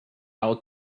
out